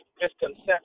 misconception